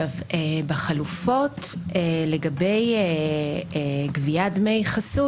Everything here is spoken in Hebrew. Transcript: בחלופות לגבי גביית דמי חסות,